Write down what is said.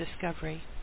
discovery